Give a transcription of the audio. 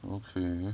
okay